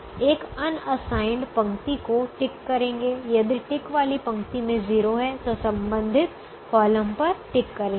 एक अनअसाइनड पंक्ति को टिक करेंगे यदि टिक वाली पंक्ति में 0 है तो संबंधित कॉलम पर टिक करेंगे